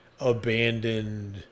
abandoned